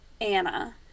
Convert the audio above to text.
Anna